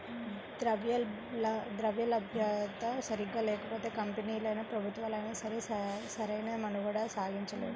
ద్రవ్యలభ్యత సరిగ్గా లేకపోతే కంపెనీలైనా, ప్రభుత్వాలైనా సరే సరైన మనుగడ సాగించలేవు